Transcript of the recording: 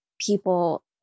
people